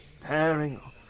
pairing